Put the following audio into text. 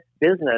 business